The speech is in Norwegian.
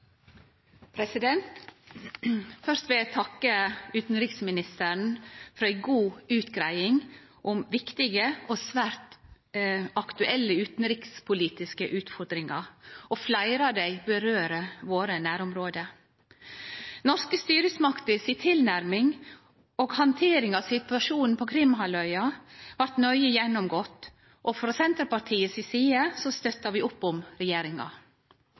Først vil eg takke utanriksministeren for ei god utgreiing om viktige og svært aktuelle utanrikspolitiske utfordringar. Fleire av dei gjeld våre nærområde. Norske styresmakter si tilnærming og handtering av situasjonen på Krim-halvøya blei nøye gjennomgått, og frå Senterpartiet si side støttar vi opp om regjeringa.